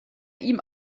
ihm